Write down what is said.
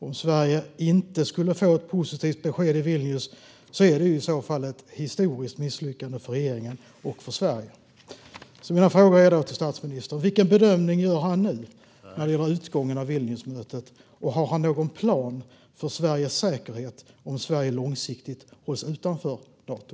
Om Sverige inte skulle få ett positivt besked i Vilnius är det ett historiskt misslyckande för regeringen och för Sverige. Mina frågor till statsministern är: Vilken bedömning gör statsministern när det gäller utgången av Vilniusmötet? Har statsministern någon plan för Sveriges säkerhet om Sverige långsiktigt hålls utanför Nato?